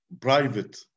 private